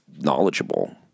knowledgeable